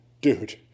dude